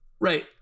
Right